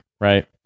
right